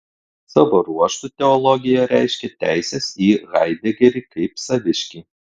savo ruožtu teologija reiškė teises į haidegerį kaip saviškį